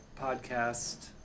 Podcast